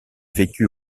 vécu